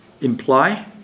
imply